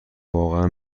واقعا